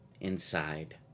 inside